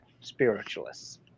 spiritualists